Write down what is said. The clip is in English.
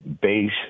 base